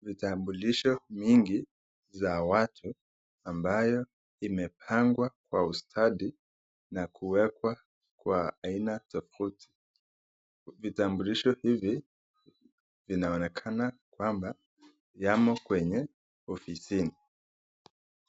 Vitambulisho mingi za watu ambayo imepangwa kwa ustadi na kuwekwa kwa aina tofauti. Vitambulisho hivi vinaonekana kwamba yamo kwenye ofisini.